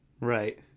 Right